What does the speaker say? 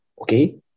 Okay